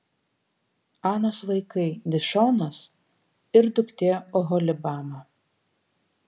anos vaikai dišonas ir duktė oholibama